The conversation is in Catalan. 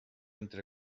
entre